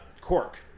Cork